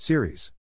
Series